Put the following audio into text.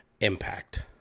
impact